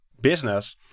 business